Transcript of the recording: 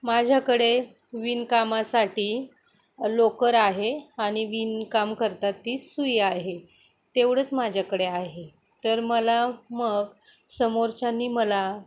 माझ्याकडे विणकामासाठी लोकर आहे आणि विणकाम करतात ती सुई आहे तेवढंच माझ्याकडे आहे तर मला मग समोरच्यांनी मला